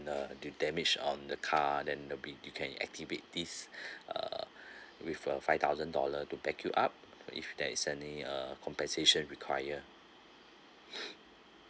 err you damage on the car then you'll be you can activate this err with a five thousand dollar to back you up if there is any uh compensation require